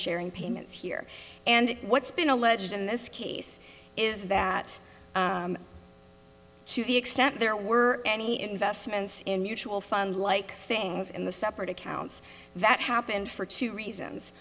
sharing payments here and what's been alleged in this case is that to the extent there were any investments in mutual fund like things in the separate accounts that happened for two reasons